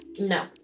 No